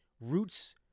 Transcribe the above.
Roots